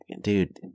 dude